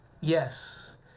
Yes